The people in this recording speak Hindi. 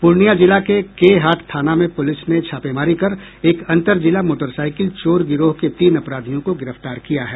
पूर्णियां जिला के केहाट थाना में पुलिस ने छापेमारी कर एक अंर्तजिला मोटरसाइकिल चोर गिरोह के तीन अपराधियों को गिरफ्तार किया है